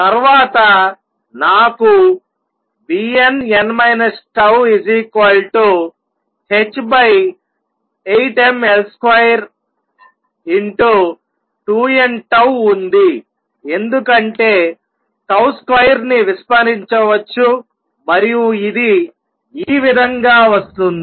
తర్వాత నాకు nn τh8mL22nτ ఉంది ఎందుకంటే 2 ని విస్మరించవచ్చు మరియు ఇది ఈ విధంగా వస్తుంది